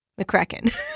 McCracken